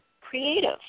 creative